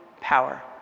power